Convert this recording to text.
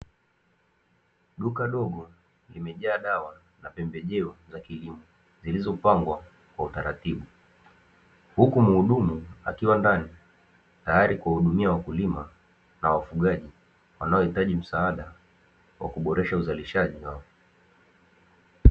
Duka dogo limejaa dawa na pembejeo za kilimo zilizopangwa kwa utaratibu. Huku muhudumu akiwa ndani tayari kuhudumia wakulima, na wafugaji wanaohitaji msaada wa kuboresha uzalishaji wao.